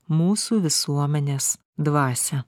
mūsų visuomenės dvasią